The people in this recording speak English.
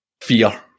Fear